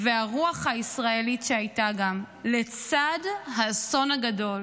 והרוח הישראלית שהייתה, לצד האסון הגדול,